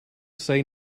say